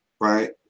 right